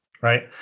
right